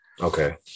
Okay